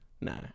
No